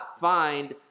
find